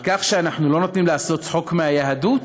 על כך שאנחנו לא נותנים לעשות צחוק מהיהדות?